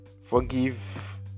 forgive